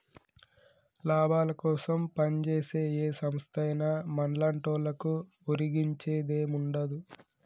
లాభాలకోసం పంజేసే ఏ సంస్థైనా మన్లాంటోళ్లకు ఒరిగించేదేముండదు